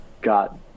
got